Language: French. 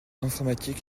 informatique